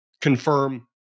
confirm